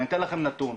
ואני אתן לכם נתון,